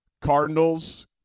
Cardinals